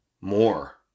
more